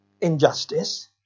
injustice